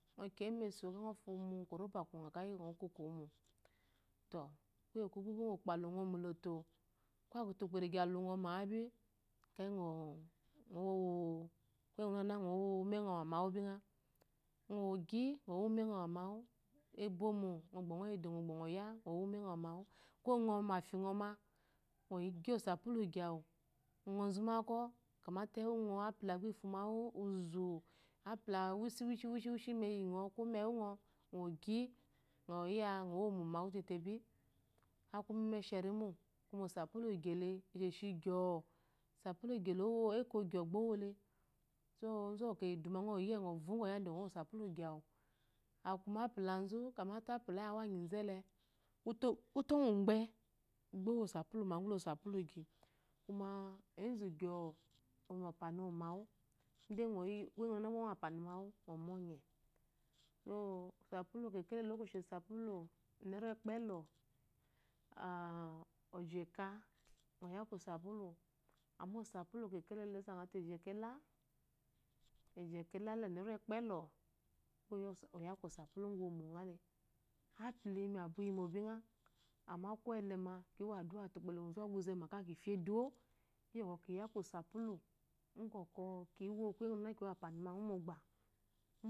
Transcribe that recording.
Ngɔ kyɔyi mesu-o, ekeyi ngɔ foyimo mu koroba kowa ekeyi ngɔ kokowumo. To kuye kubi bo ukpo aluma moloto, erige aluma bi ekeyi ngɔ. ngɔwa kuye nguna-nguna ngɔ wo umengɔ mayu bingha ngɔ gi ngɔ gba ya ngɔ wo umena mayu. Ko ngɔ ma mafi ngɔ ma ngɔ gi osapulu ugyi awu ngɔ ozu makɔ kyamate ewu apula efu mewu uzu, ampula weshi-weshi meyi ngɔ ko mewu, ngɔ gi ngɔ iya ngɔ womo mawa tėtė aku umeme sheri mo. Sapulu ele esheshi gyɔ sapulu ugyi ele ekȯ gyɔ gba owole. So ozu wukɔ eyi idi iya avɔgɔ yada bɔkɔ owo osapulu ugyi awu. Aku mu apula zu kamate apula lyi awanyizu ele, koto yigba owo sapulu maku osapula ugyi, kuma ezu gyo oyimu ampani ewomo mawa, kuye nguna bgɔ wo ampani mawu ngɔ mɔnye. So osapulu kekele olokoshi awu aku enera ukpela-ah-ojika ngɔ ya kosapula, amma osapulu kekelele ozangɔte ejika ela, ejika ele le enera ukpela gba oya kosapulu lgwiwo ngha le. Apula iyi mu abwa iyimo bingha amma ko lema ki wa la fya eduwo iyi bɔkɔ kiya osapulu ngɔ le bɔkɔ kuye nguna nguna de ki ampani magu mogbe.